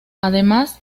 además